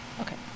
Okay